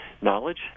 knowledge